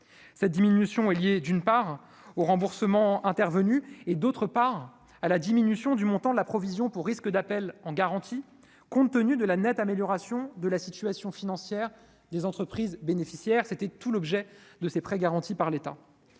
cette diminution est liée d'une part aux remboursements intervenus et, d'autre part à la diminution du montant de la provision pour risques d'appel en garantie, compte tenu de la nette amélioration de la situation financière des entreprises bénéficiaires, c'était tout l'objet de ces prêts garantis par l'État,